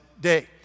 day